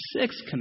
six